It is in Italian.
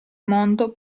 mondo